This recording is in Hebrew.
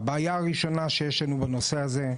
הבעיה הראשונה שיש לנו בנושא הזה,